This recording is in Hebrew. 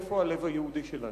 איפה הלב היהודי שלנו?